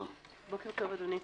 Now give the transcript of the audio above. בוקר טוב, אדוני.